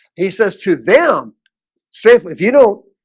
he says to them safely if you don't